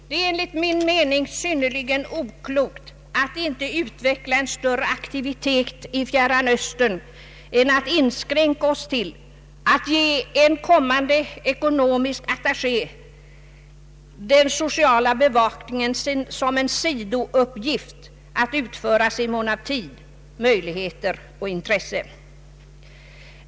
Det är enligt min mening synnerligen oklokt att inte utveckla större aktivitet i Fjärran Östern än att inskränka oss till att ge en kommande ekonomisk attaché den sociala bevakningen såsom en sidouppgift att utföras i mån av tid, möjligheter och intresse.